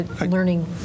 learning